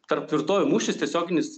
tarp tvirtovių mūšis tiesioginis